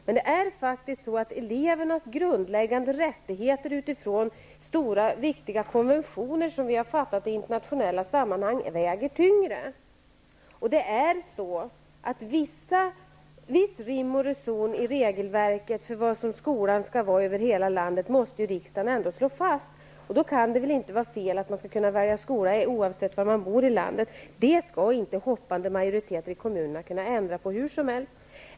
Men elevernas grundläggande rättigheter enligt de stora och viktiga konventioner som vi i internationella sammanhang har anslutit oss till väger tyngre. Viss rim och reson i det regelverk som skall gälla för skolan över hela landet måste riksdagen ändå slå fast. Då kan det inte vara fel att man skall kunna välja skola oavsett var man bor i landet. Det skall inte hoppande majoriteter i kommunerna ute i landet kunna ändra på hur som helst.